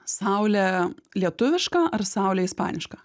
saulė lietuviška ar saulė ispaniška